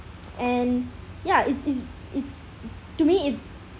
and ya it's it's it's to me it's